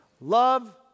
Love